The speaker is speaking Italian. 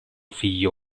figlio